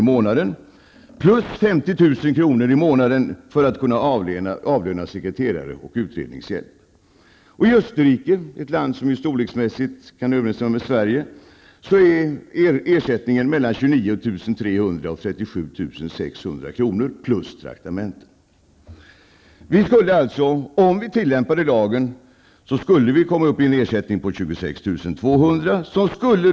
i månaden plus 50 000 kr. i månaden för att kunna avlöna sekreterare och utredningshjälp. I Österrike, ett land som storleksmässigt överensstämmer med Om vi tillämpade lagen skulle vi komma upp i en ersättning på 26 200 kr.